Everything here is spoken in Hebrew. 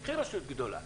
קחי רשות גדולה,